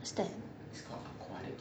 what's that